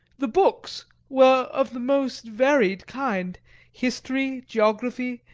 the books were of the most varied kind history, geography,